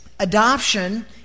Adoption